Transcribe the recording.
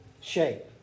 shape